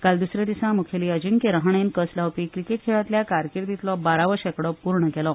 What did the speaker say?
काल दुसऱ्या दिसा मुखेली अर्जिक्य रहाणेन कस लावपी क्रिकेट खेळातल्या कारकिर्दीतलो बारावो शेकडो पूर्ण केलो